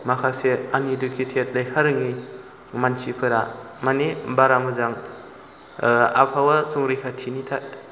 माखासे आनइदुकेटेद लेखा रोङि मानसिफोरा माने बारा मोजां आबहावा संरैखाथिनि